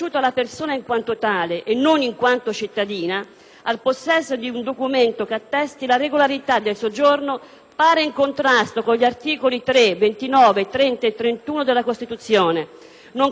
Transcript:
al possesso di un documento che attesti la regolarità del soggiorno pare in contrasto con gli articoli 3, 29, 30 e 31 della Costituzione, nonché con gli articoli 9 e 21 della Carta di Nizza,